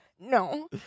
No